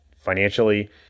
financially